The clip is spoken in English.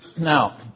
Now